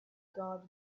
guard